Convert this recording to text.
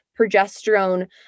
progesterone